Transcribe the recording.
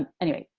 and anyway,